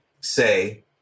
say